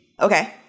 okay